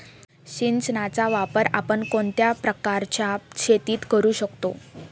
सिंचनाचा वापर आपण कोणत्या प्रकारच्या शेतीत करू शकतो?